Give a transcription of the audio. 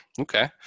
Okay